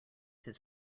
his